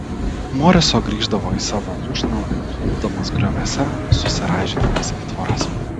moriso grįždavo į savo lūšną klupdamas grioviuose susiraižydamas į tvoras